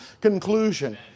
conclusion